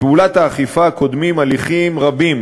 לפעולת האכיפה קודמים הליכים רבים,